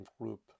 group